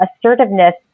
assertiveness